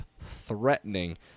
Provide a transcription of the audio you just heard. threatening